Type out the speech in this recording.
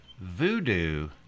voodoo